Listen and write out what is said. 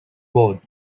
board